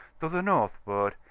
to the northward,